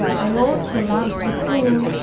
i also loved the poor,